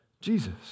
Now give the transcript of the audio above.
Jesus